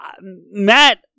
Matt